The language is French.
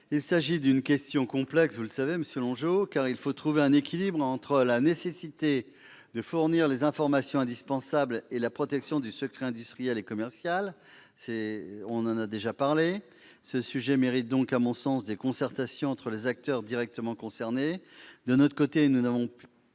Il s'agit d'une question complexe, vous le savez, monsieur Longeot, car il faut trouver un équilibre entre la nécessité de fournir les informations indispensables et la protection du secret industriel et commercial. Nous en avons déjà parlé. Ce sujet mérite donc, à mon sens, des concertations entre les acteurs directement concernés. De notre côté, nous n'avons pu